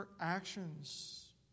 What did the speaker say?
actions